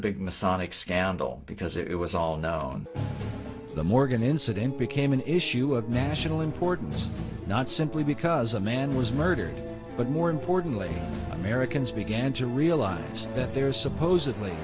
a big masonic scandal because it was all known the morgan incident became an issue of national importance not simply because a man was murdered but more importantly americans began to realize that there are supposedly